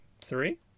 Three